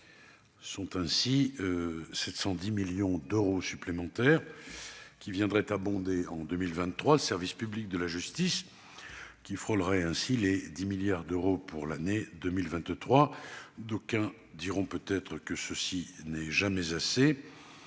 sont ainsi 710 millions d'euros supplémentaires qui abonderont en 2023 le budget du service public de la justice, qui frôlerait ainsi les 10 milliards d'euros pour l'année 2023. D'aucuns diront peut-être que ce n'est toujours